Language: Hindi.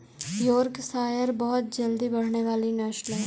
योर्कशायर बहुत जल्दी बढ़ने वाली नस्ल है